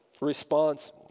response